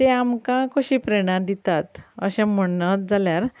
ते आमकां कशी प्रेरणा दितात अशें म्हणत जाल्यार